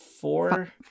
four